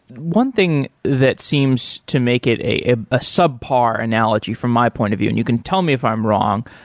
one thing that seems to make it a ah ah subpar analogy from my point of view, and you can tell me if i'm wrong,